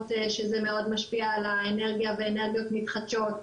שזה מאוד משפיע על האנרגיה ועל אנרגיות מתחדשות,